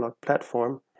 platform